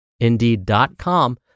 Indeed.com